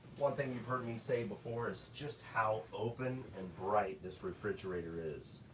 one thing you've heard me say before is just how open and bright this refrigerator is.